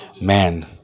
man